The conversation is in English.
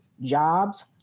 jobs